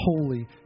holy